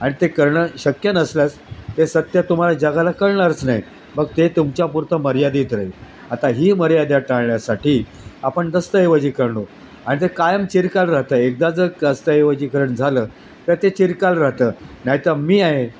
आणि ते करणं शक्य नसल्यास ते सत्य तुम्हाला जगाला कळणारच नाही मग ते तुमच्यापुरतं मर्यादित राहील आता ही मर्यादा टाळण्यासाठी आपण दस्तऐवजीकरणू आणि ते कायम चिरकाल राहतं एकदा जर दस्तऐवजीकरण झालं तर ते चिरकाल राहतं नाहीतर मी आहे